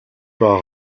par